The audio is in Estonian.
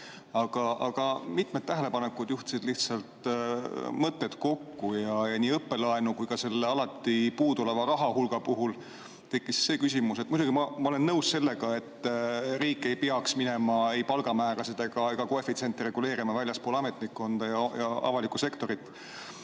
Aga mitmed tähelepanekud juhtisid lihtsalt mõtted kokku. Nii õppelaenu kui ka selle alati puudu oleva rahahulga puhul tekkis küsimus. Muidugi ma olen nõus sellega, et riik ei peaks minema ei palgamäärasid ega koefitsienti reguleerima väljaspool ametnikkonda ja avalikku sektorit.